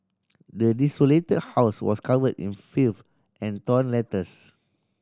the desolated house was cover in filth and torn letters